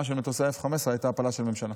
של מטוסי ה-F-15 הייתה הפלה של ממשלה.